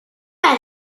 men